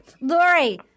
Lori